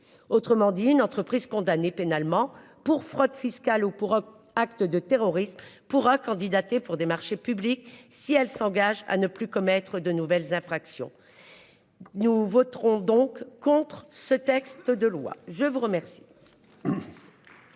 Autrement dit une entreprise condamné pénalement pour fraude fiscale ou pour acte de terrorisme pourra candidater pour des marchés publics si elle s'engage à ne plus commettre de nouvelles infractions. Nous voterons donc contre ce texte de loi. Je vous remercie.